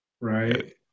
right